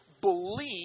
believe